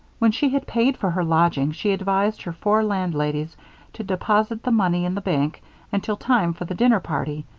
when she had paid for her lodging she advised her four landladies to deposit the money in the bank until time for the dinner party,